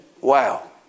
Wow